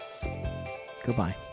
goodbye